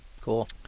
cool